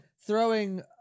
throwing